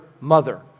mother